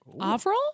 Avril